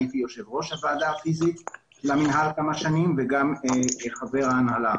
הייתי יושב ראש הוועדה הפיזית למינהל במשך כמה שנים וגם חבר הנהלה.